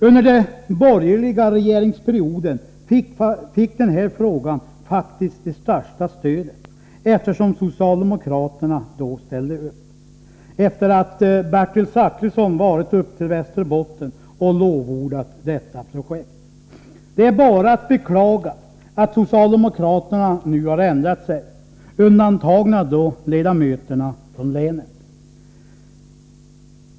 Under den borgerliga regeringsperioden fick den här frågan faktiskt det största stödet, eftersom socialdemokraterna då ställde upp efter det att Bertil Zachrisson varit uppe i Västerbotten och lovordat detta projekt. Det är bara att beklaga att socialdemokraterna nu har ändrat sig — med undantag för ledamöterna från länet.